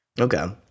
Okay